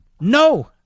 No